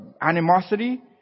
animosity